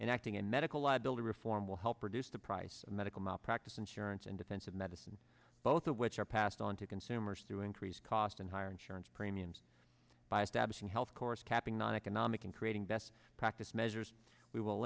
and acting and medical liability reform will help reduce the price of medical malpractise insurance and defensive medicine both of which are passed on to consumers through increased cost and higher insurance premiums by establishing health course capping non economic and creating best practice measures we